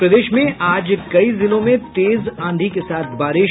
और प्रदेश में आज कई जिलों में तेज आंधी के साथ बारिश